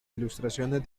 ilustraciones